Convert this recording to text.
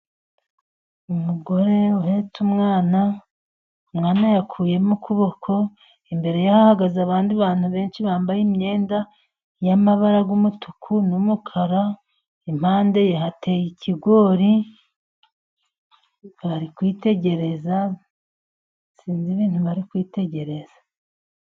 Umugore uhetse umwana, umwana yakuyemo ukuboko imbere ye hahagaze abandi bantu benshi bambaye imyenda y'amabara y'umutuku n'umukara. Impande ye hateye ikigori bari kwitegereza sinzi ibintu bari kwitegereza.